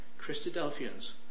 Christadelphians